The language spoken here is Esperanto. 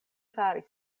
faris